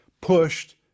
pushed